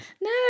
No